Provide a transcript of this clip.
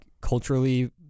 culturally